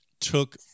took